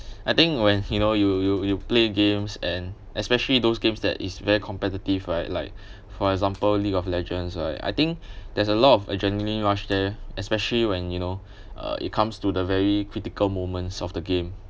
I think when you know you you you play games and especially those games that is very competitive right like for example league of legends right I think there's a lot of adrenaline rush there especially when you know uh it comes to the very critical moments of the game